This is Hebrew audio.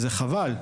וזה חבל.